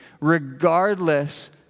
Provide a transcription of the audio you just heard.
regardless